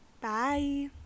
Bye